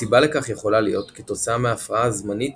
הסיבה לכך יכולה להיות כתוצאה מהפרעה זמנית